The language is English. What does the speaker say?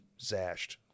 zashed